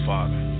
Father